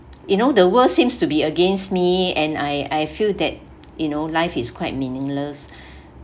you know the world seems to be against me and I I feel that you know life is quite meaningless